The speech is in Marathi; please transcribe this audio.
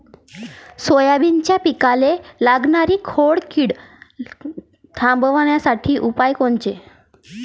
सोयाबीनच्या पिकाले लागनारी खोड किड थांबवासाठी उपाय कोनचे?